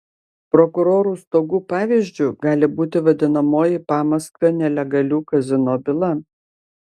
prokurorų stogų pavyzdžiu gali būti vadinamoji pamaskvio nelegalių kazino byla